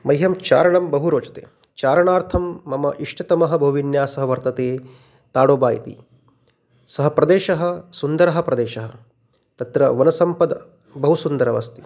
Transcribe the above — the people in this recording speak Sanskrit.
मह्यं चारणं बहु रोचते चारणार्थं मम इष्टतमः भूविन्यासः वर्तते ताडोबा इति सः प्रदेशः सुन्दरः प्रदेशः तत्र वनसम्पतिः बहु सुन्दरी अस्ति